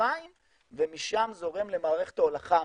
במצרים ומשם זורם למערכת ההולכה המצרית.